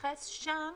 והתייחס שם